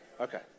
Okay